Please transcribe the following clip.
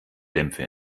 dämpfe